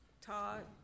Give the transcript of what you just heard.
Todd